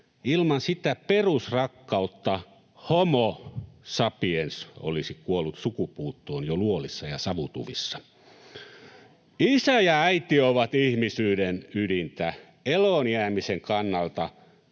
Ilman sitä perusrakkautta Homo sapiens olisi kuollut sukupuuttoon jo luolissa ja savutuvissa. Isä ja äiti ovat ihmisyyden ydintä. Eloonjäämisen kannalta